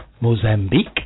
Mozambique